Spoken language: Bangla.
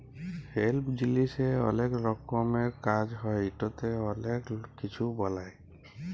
হেম্প জিলিসের অলেক রকমের কাজ হ্যয় ইটতে অলেক কিছু বালাই